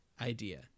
idea